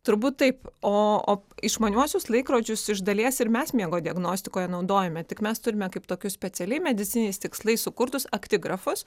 turbūt taip o išmaniuosius laikrodžius iš dalies ir mes miego diagnostikoje naudojame tik mes turime kaip tokius specialiai medicininiais tikslais sukurtus aktigrafus